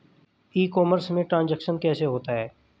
ई commerce में transaction कैसे होता है?